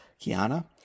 Kiana